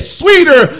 sweeter